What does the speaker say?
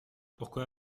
pourquoi